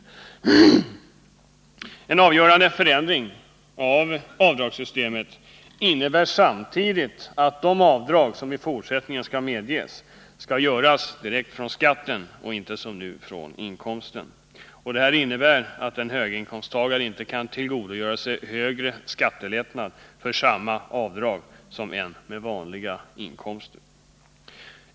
Den av oss föreslagna avgörande förändringen av avdragssystemet innebär samtidigt att de avdrag som i fortsättningen medges skall göras direkt från skatten och inte som nu från inkomsten. Detta innebär att en höginkomsttagare inte kan tillgodogöra sig högre skattelättnad än vad en person med vanliga inkomster kan göra för samma avdrag.